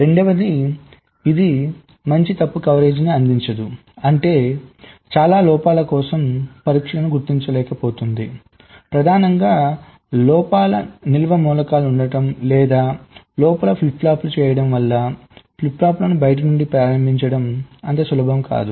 రెండవది ఇది మంచి తప్పు కవరేజీని అందించదు అంటే చాలా లోపాల కోసం పరీక్షలను గుర్తించలేకపోతుంది ప్రధానంగా లోపల నిల్వ మూలకాలు ఉండటం లేదా లోపల ఫ్లిప్ ఫ్లాప్ చేయడం వల్ల ఫ్లిప్ ఫ్లాప్లను బయట నుండి ప్రారంభించడం అంత సులభం కాదు